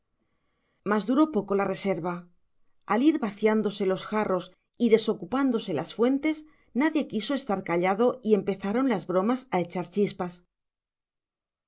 mas duró poco la reserva al ir vaciándose los jarros y desocupándose las fuentes nadie quiso estar callado y empezaron las bromas a echar chispas